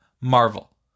marvel